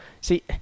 see